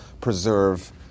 preserve